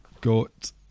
got